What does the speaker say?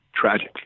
Tragic